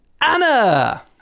Anna